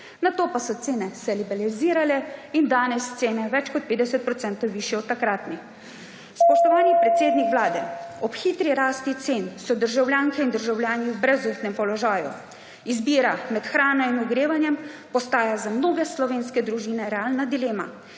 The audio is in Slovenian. Nato pa so se cene liberalizirale in danes so cene več kot 50 % višje od takratnih. Spoštovani predsednik Vlade, ob hitri rasti cen so državljanke in državljani v brezupnem položaju. Izbira med hrano in ogrevanjem postaja za mnoge slovenske družine realna dilema